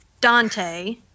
Dante